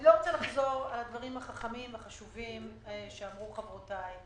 לא רוצה לחזור על הדברים החשובים והחכמים שאמרו חברותיי.